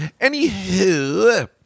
Anywho